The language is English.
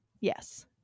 Yes